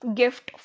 gift